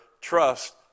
trust